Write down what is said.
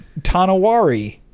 Tanawari